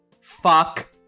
Fuck